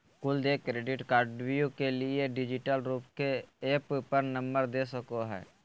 कुल देय क्रेडिट कार्डव्यू के लिए डिजिटल रूप के ऐप पर नंबर दे सको हइ